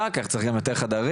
אחר כך צריך גם לתת חדרים,